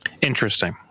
interesting